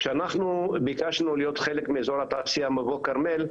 כשאנחנו ביקשנו להיות חלק מאזור התעשייה מבוא כרמל,